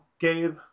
Gabe